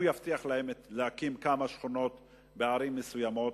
הוא יבטיח להם להקים כמה שכונות בערים מסוימות,